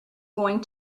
going